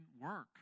work